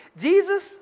Jesus